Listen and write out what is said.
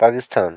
Pakistan